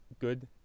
good